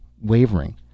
wavering